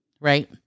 right